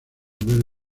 verde